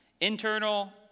internal